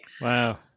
Wow